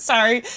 Sorry